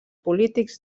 polítics